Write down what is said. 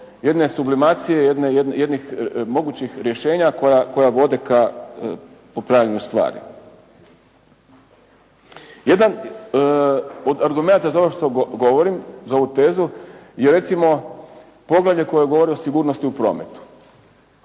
jedne sublimacije, jednih mogućih rješenja koja vode ka popravljanju stvari. Jedan od argumenata za ovo što govorim, za ovu tezu je recimo poglavlje koje govori o sigurnosti u prometu.